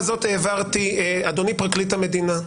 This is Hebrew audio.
אדוני פרקליט המדינה,